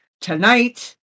Tonight